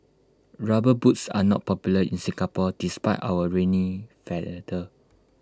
rubber boots are not popular in Singapore despite our rainy